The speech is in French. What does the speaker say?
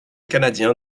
canadien